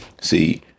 see